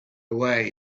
way